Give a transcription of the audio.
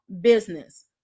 business